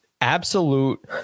absolute